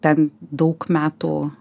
ten daug metų